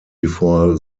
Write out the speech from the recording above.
before